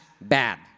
bad